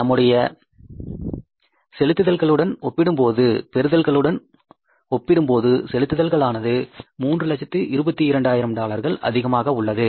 நம்முடைய பெறுதல்களுடன் ஒப்பிடும்போது செலுத்துதல்களானது 322000 டாலர்கள் அதிகமாக உள்ளது